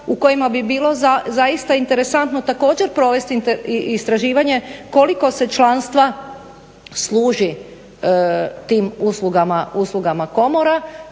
u kojima bi bilo zaista interesantno također provesti istraživanje koliko se članstva služi tim uslugama komora